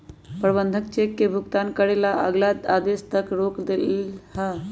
प्रबंधक चेक के भुगतान करे ला अगला आदेश तक रोक देलई ह